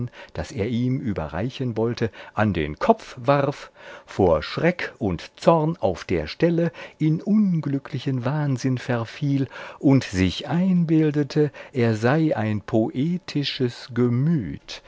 das er ihm überreichen wollte an den kopf warf vor schreck und zorn auf der stelle in unglücklichen wahnsinn verfiel und sich einbildete er sei ein poetisches gemüt